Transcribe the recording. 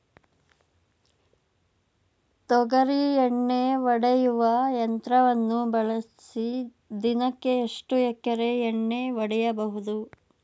ತೊಗರಿ ಎಣ್ಣೆ ಹೊಡೆಯುವ ಯಂತ್ರವನ್ನು ಬಳಸಿ ದಿನಕ್ಕೆ ಎಷ್ಟು ಎಕರೆ ಎಣ್ಣೆ ಹೊಡೆಯಬಹುದು?